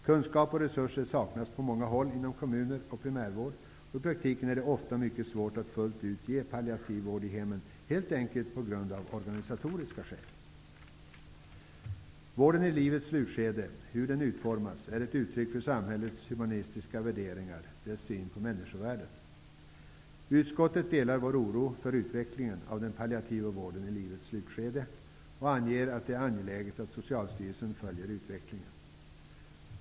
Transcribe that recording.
Kunskap och resurser saknas på många håll inom kommuner och primärvård, och i praktiken är det, helt enkelt av organisatoriska skäl, ofta mycket svårt att fullt ut ge palliativvård i hemmen. Hur vården i livets slutskede utformas är ett uttryck för samhällets humanistiska värderingar, dess syn på människovärdet. Utskottet delar vår oro för utvecklingen av den palliativa vården i livets slutskede och anger att det är angeläget att Socialstyrelsen följer utvecklingen.